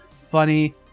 funny